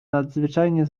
nadzwyczajnie